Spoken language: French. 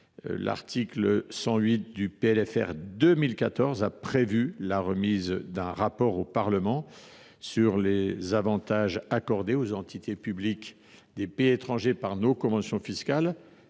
rectificative pour 2014 a prévu la remise d’un rapport au Parlement sur les avantages accordés aux entités publiques des pays étrangers par nos conventions fiscales,